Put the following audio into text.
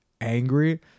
angry